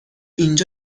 اینجا